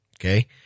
Okay